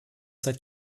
seit